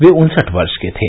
वे उन्सठ वर्ष के थे